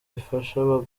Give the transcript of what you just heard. ifasha